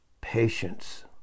patience